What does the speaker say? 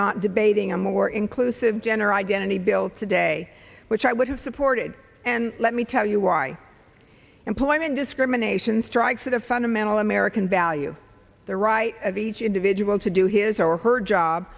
not debating a more inclusive gender identity bill today which i would have supported and let me tell you why employment discrimination strikes at a fundamental american value the right of each individual to do his or her job